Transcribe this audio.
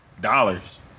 dollars